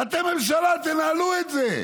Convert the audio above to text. אתם ממשלה, תנהלו את זה.